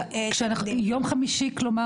יום חמישי כלומר